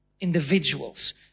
individuals